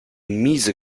miese